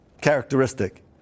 characteristic